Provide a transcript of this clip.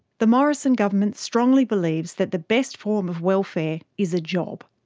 the morrison government strongly believes that the best form of welfare is a job.